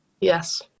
yes